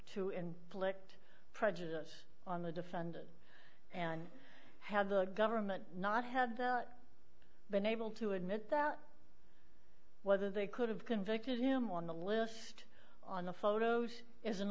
to inflict prejudice on the defendant and had the government not have been able to admit that whether they could have convicted him on the list on the photos is